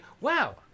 wow